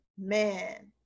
Man